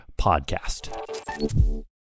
podcast